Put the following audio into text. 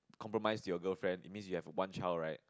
compromise your girlfriend it means you have a one child right